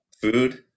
food